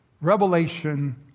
revelation